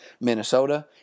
Minnesota